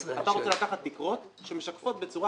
2016. אתה רוצה לקחת תקרות שמשקפות בצורה